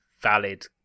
valid